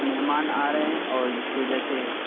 مہمان آ رہے ہیں اور جس کی وجہ سے